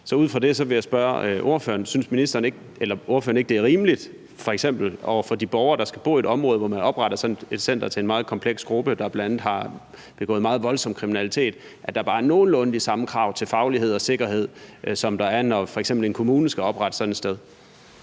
ordføreren: Synes ordføreren ikke, det er rimeligt f.eks. over for de borgere, der skal bo i et område, hvor man opretter sådan et center til en meget kompleks gruppe, der bl.a. har begået meget voldsom kriminalitet, at der er bare nogenlunde de samme krav til faglighed og sikkerhed, som der er, når f.eks. en kommune skal oprette sådan et sted?